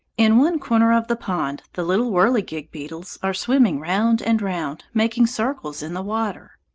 in one corner of the pond the little whirligig beetles are swimming round and round, making circles in the water.